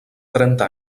trenta